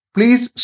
Please